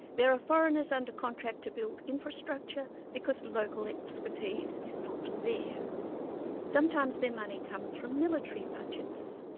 there are foreigners under contract to build infrastructure because local expertise is not there sometimes their money comes from military budgets,